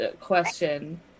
question